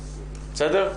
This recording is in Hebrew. בסדר?